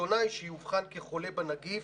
ועיתונאי שיאובחן כחולה בנגיף